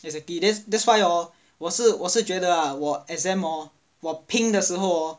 exactly that's why hor 我是我是觉得 ah 我 exam hor 我的时候 hor